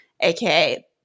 aka